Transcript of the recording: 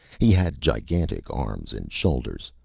he had gigantic arms and shoulders,